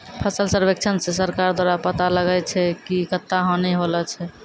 फसल सर्वेक्षण से सरकार द्वारा पाता लगाय छै कि कत्ता हानि होलो छै